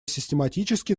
систематический